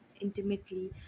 intimately